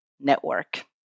network